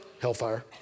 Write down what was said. Hellfire